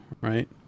right